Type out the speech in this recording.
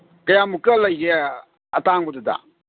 ꯀꯌꯥꯃꯨꯛꯀ ꯂꯩꯒꯦ ꯑꯇꯥꯡꯕꯗꯨꯗ